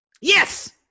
Yes